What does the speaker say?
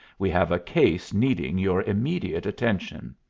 we have a case needing your immediate attention.